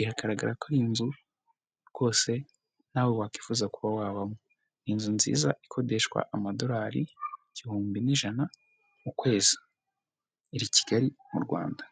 iragaragara ko iyi inzu rwose nawe wakwifuza kuba wabamo, inzu nziza ikodeshwa amadorari igihumbi n'ijana ku kwezi, iri i Kigali mu Rwanda.